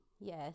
Yes